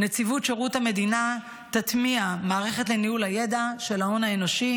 נציבות שירות המדינה תטמיע מערכת לניהול הידע של ההון האנושי,